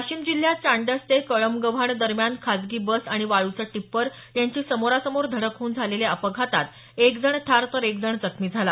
वाशिम जिल्ह्यात चांडस ते कळमगव्हाण दरम्यान खासगी बस आणि वाळूचं टिप्पर यांची समोरासमोर धडक होऊन झालेल्या अपघातात एक जण ठार तर एक जण जखमी झाला